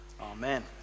Amen